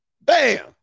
bam